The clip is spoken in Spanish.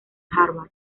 harvard